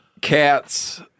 Cats